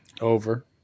Over